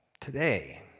today